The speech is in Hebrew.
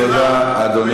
תודה.